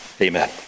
Amen